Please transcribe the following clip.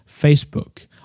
Facebook